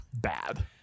bad